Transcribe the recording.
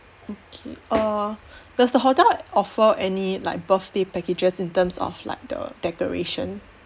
okay err does the hotel offer any like birthday packages in terms of like the decoration